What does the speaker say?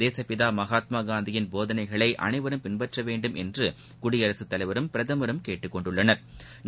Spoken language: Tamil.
தேசப்பிதா மகாத்மா காந்தியின் போதனைகளை அனைவரும் பின்பற்ற வேண்டுமென்று குடியரசுத்தலைவரும் பிரதமரும் கேட்டுக் கொண்டுள்ளனா்